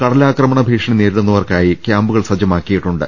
കടലാക്രമണഭീഷണി നേരിടുന്നവർക്കായി ക്യാമ്പുകൾ സജ്ജ മാക്കിയിട്ടുണ്ട്